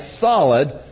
solid